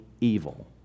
evil